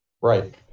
right